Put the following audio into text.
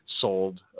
sold